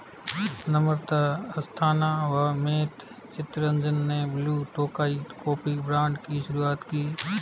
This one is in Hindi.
नम्रता अस्थाना व मैट चितरंजन ने ब्लू टोकाई कॉफी ब्रांड की शुरुआत की